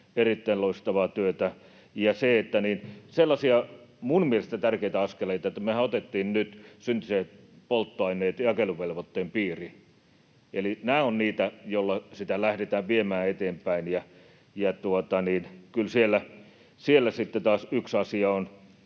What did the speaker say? erittäin loistavaa työtä. Ja sellaisia minun mielestäni tärkeitä askeleita on, että mehän otettiin nyt synteettiset polttoaineet jakeluvelvoitteen piiriin. Eli nämä ovat niitä, joilla sitä lähdetään viemään eteenpäin. Ja kyllä siellä sitten taas yksi asia